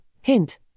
hint